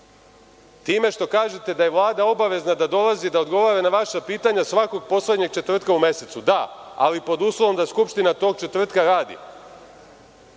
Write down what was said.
time što kažete da je Vlada obavezna da dolazi da odgovara na vaša pitanja svakog poslednjeg četvrtka u mesecu. Da, ali pod uslovom da Skupština tog četvrtka radi.I,